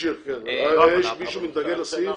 פעמיים שלוש, נסגר.